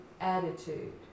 attitude